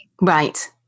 right